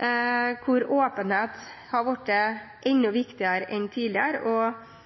der åpenhet har blitt enda viktigere enn tidligere og